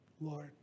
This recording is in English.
Lord